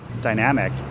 dynamic